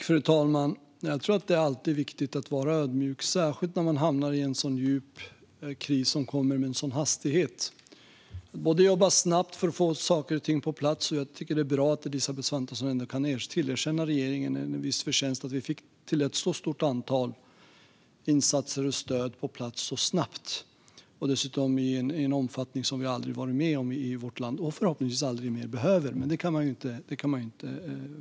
Fru talman! Det är alltid viktigt att vara ödmjuk, särskilt när man hamnar i en sådan här djup kris som kom med en väldig hastighet. Man måste jobba snabbt för att få saker och ting på plats. Det är bra att Elisabeth Svantesson nu kan tillerkänna regeringen viss förtjänst att vi snabbt fick ett stort antal insatser och stöd på plats. Det gjordes dessutom i en omfattning som vi i vårt land aldrig varit med om och förhoppningsvis aldrig mer behöver, men det kan man inte veta.